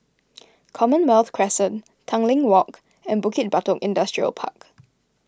Commonwealth Crescent Tanglin Walk and Bukit Batok Industrial Park